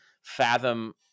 fathom